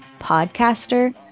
podcaster